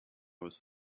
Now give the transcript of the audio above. was